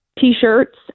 T-shirts